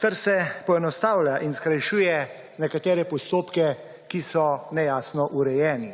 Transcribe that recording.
ter se poenostavlja in skrajšuje nekatere postopke, ki so nejasno urejeni.